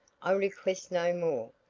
i request no more.